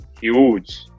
huge